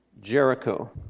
Jericho